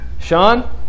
Sean